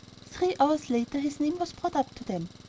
three hours later his name was brought up to them.